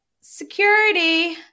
security